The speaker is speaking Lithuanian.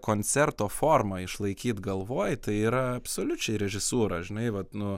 koncerto formą išlaikyt galvoj tai yra absoliučiai režisūra žinai vat nu